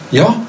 ja